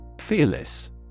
Fearless